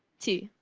t.